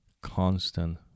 constant